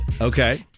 Okay